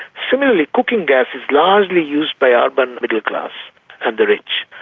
similarly cooking gas is largely used by urban middle class and the rich.